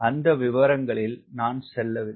அந்த விவரங்களில் நான் செல்லவில்லை